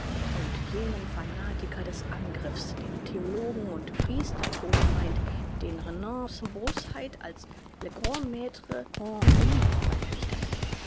und jenem fanatiker des angriffs dem theologen und priester todfeind den renan's bosheit als le grand matre en ironie verherrlicht hat